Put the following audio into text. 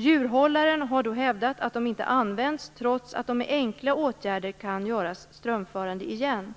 Djurhållaren har då hävdat att de inte används trots att de med enkla åtgärder kan göras strömförande igen.